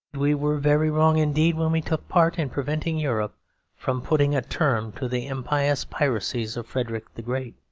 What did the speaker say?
we were very wrong indeed when we took part in preventing europe from putting a term to the impious piracies of frederick the great.